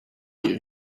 you